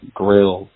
grill